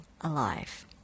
alive